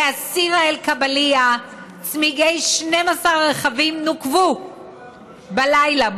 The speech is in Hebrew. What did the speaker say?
בעסירה אל קבלייה צמיגי 12 רכבים נוקבו בלילה,